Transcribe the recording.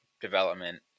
development